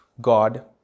God